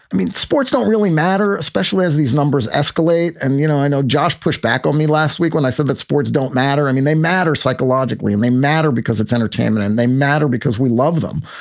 i mean, sports don't really matter, especially as these numbers escalate. and, you know, i know josh, push back on me last week when i said that sports don't matter. i mean, they matter psychologically and may matter because it's entertainment and they matter because we love them.